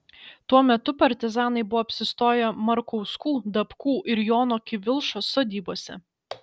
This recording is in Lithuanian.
tuo metu partizanai buvo apsistoję markauskų dapkų ir jono kivilšos sodybose